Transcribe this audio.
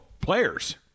players